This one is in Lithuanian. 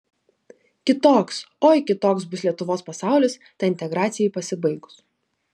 kitoks oi kitoks bus lietuvos pasaulis tai integracijai pasibaigus